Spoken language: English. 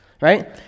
right